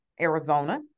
Arizona